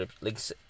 links